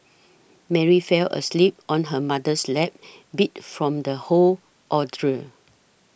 Mary fell asleep on her mother's lap beat from the whole ordeal